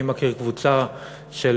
אני מכיר קבוצה של